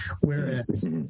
Whereas